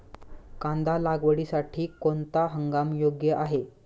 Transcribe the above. कांदा लागवडीसाठी कोणता हंगाम योग्य आहे?